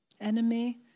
Enemy